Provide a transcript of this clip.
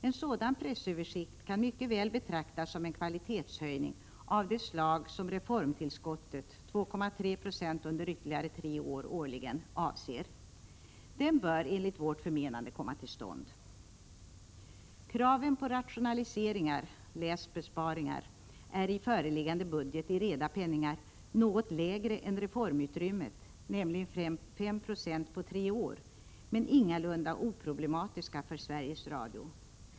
En sådan pressöversikt kan mycket väl betraktas som en kvalitetshöjning av det slag som reformtillskottet, 2,3 70 årligen under ytterligare tre år, avser. Den bör enligt vårt förmenande komma till stånd. Kraven på rationaliseringar, läs besparingar, är i föreliggande budget i reda penningar något lägre än reformutrymmet, nämligen 5 9o på tre år, men ingalunda oproblematiska för Sveriges Radio.